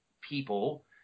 people